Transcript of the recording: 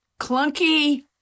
clunky